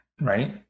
Right